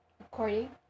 According